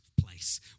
place